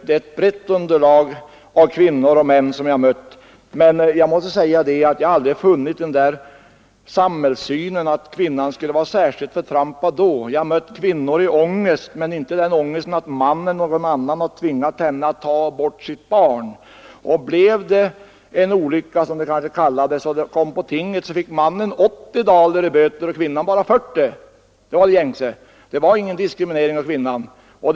Jag har haft tillgång till ett brett underlag av fakta om kvinnor och män, men jag har aldrig där funnit belägg för att kvinnan skulle ha varit särskilt förtrampad då. Jag har mött kvinnor i ångest i de tiderna, men inte ångest för att mannen eller någon annan tvingat henne att ta bort sitt barn. Och råkade hon i ”olycka”, som det kanske kallades, och ärendet togs upp vid tinget, fick mannen betala 80 daler i böter men kvinnan behövde bara betala 40. Detta var gängse sed. Det fanns inte mer diskriminering av kvinnan då än nu.